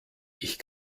ich